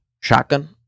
shotgun